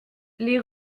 les